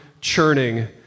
churning